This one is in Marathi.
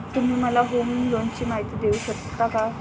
तुम्ही मला होम लोनची माहिती देऊ शकता का?